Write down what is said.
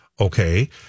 Okay